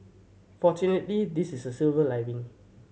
fortunately this is a silver lining